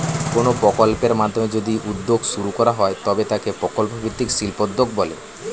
কোনো প্রকল্পের মাধ্যমে যদি উদ্যোগ শুরু করা হয় তবে তাকে প্রকল্প ভিত্তিক শিল্পোদ্যোগ বলে